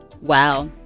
Wow